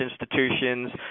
institutions